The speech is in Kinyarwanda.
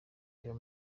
reba